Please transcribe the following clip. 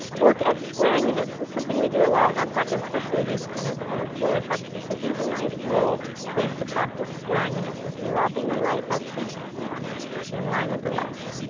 work at squaring the hips, is something we do a lot in our practice especially these kind of flowy practices. so here's a nice low place to practice squaring the hips, dropping the right butt cheek in line with the left.